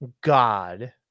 God